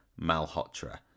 Malhotra